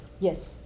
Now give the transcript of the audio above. Yes